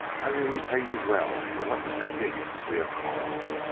i will repay you well for what inconvenience we have caused.